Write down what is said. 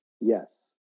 Yes